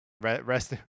Rest